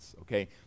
Okay